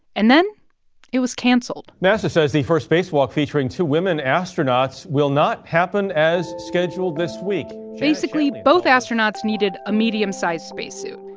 and then it was canceled nasa says the first spacewalk featuring two women astronauts will not happen as scheduled this week basically, both astronauts needed a medium-sized spacesuit,